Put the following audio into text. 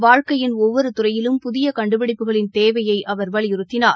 வாழ்க்கையின் ஒவ்வொரு துறையிலும் புதிய இன்று கண்டுபிடிப்புகளின் தேவையை அவர் வலியுறுத்தினார்